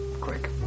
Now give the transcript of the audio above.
Quick